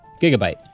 Gigabyte